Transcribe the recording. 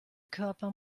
körper